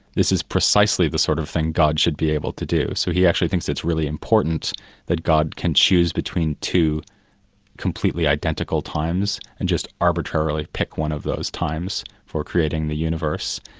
this is precisely the sort of thing god should be able to do. so he actually thinks it's really important that god can choose between two completely identical times and just arbitrarily pick one of those times for creating the universe.